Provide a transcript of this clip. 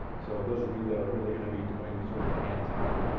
so those of you that are really going to be doing sort of the hands-on,